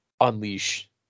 unleash